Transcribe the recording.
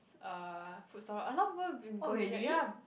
uh food store a lot of people have been going there ya